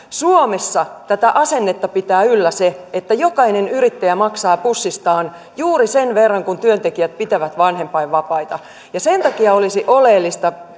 suomessa tätä asennetta pitää yllä se että jokainen yrittäjä maksaa pussistaan juuri sen verran kuin työntekijät pitävät vanhempainvapaita sen takia olisi oleellista